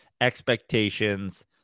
expectations